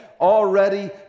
already